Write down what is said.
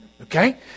Okay